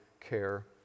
care